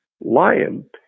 lion